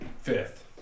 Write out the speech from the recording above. Fifth